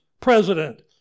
president